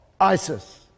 ISIS